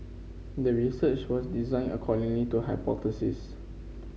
the research was designed accordingly to hypothesis